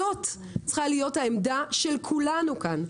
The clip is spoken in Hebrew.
זו צריכה להיות העמדה של כולנו כאן,